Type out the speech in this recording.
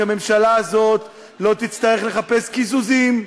כי הממשלה הזאת לא תצטרך לחפש קיזוזים.